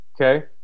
okay